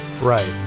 Right